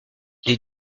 les